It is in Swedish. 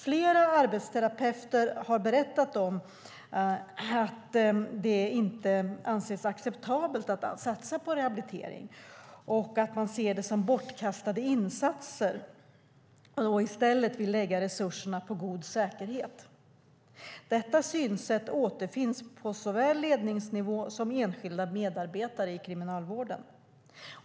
Flera arbetsterapeuter har berättat att det inte anses acceptabelt att satsa på rehabilitering utan att man ser det som bortkastade insatser och i stället vill lägga resurserna på god säkerhet. Detta synsätt återfinns såväl på ledningsnivå som hos enskilda medarbetare inom Kriminalvården.